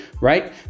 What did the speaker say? right